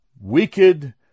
wicked